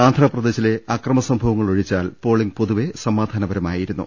ആന്ധ്രപ്രദേശിലെ അക്രമസംഭവങ്ങൾ ഒഴിച്ചാൽ പോളിംഗ് പൊതുവെ സമാധാനപരമായിരുന്നു